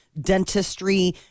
dentistry